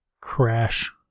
crash